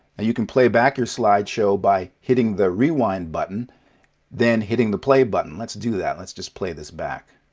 and you can play back your slideshow by hitting the rewind button then hitting the play button. let's do that. let's just play this back,